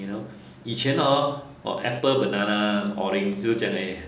you know 以前 hor oh apple banana orange 就是这样而已 leh